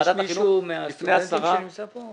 מישהו מהמרצים נמצא כאן?